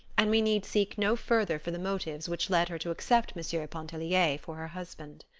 and we need seek no further for the motives which led her to accept monsieur pontellier for her husband.